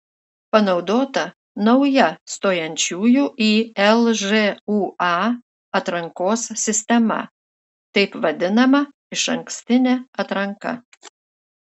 panaudota nauja stojančiųjų į lžūa atrankos sistema taip vadinama išankstinė atranka